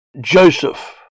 Joseph